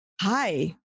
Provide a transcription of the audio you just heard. hi